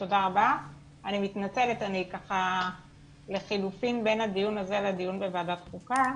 אני מתנצלת אני ככה לחילופין בין הדיון הזה לדיון בוועדת חוקה.